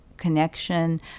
connection